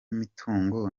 mitungo